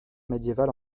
médiévale